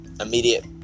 immediate